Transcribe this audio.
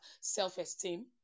self-esteem